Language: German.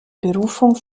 berufung